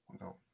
No